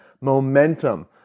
momentum